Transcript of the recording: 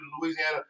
Louisiana